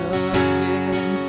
again